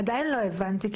עדיין לא הבנתי,